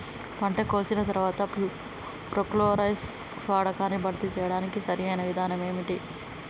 పంట కోసిన తర్వాత ప్రోక్లోరాక్స్ వాడకాన్ని భర్తీ చేయడానికి సరియైన విధానం ఏమిటి?